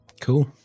cool